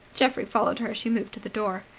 geoffrey followed her as she moved to the door.